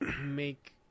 make